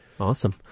Awesome